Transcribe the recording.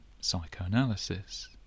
psychoanalysis